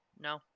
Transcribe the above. No